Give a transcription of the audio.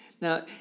Now